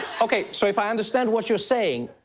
okay, so if i understand what you're saying,